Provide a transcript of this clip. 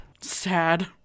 sad